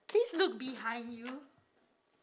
please look behind you